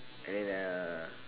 and then uh